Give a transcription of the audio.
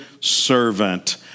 servant